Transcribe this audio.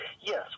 Yes